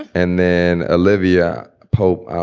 and then olivia pope.